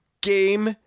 game